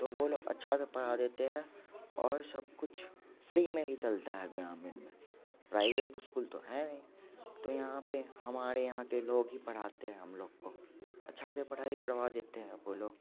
तो वो लोग अच्छा से पढ़ा देते हैं और सब कुछ फ्री में ही चलता है ग्रामीण में प्राइवेट इस्कूल तो है नहीं तो यहाँ पे हमारे यहाँ के लोग ही पढ़ाते हैं हम लोग को अच्छा से पढ़ाई करवा देते हैं वो लोग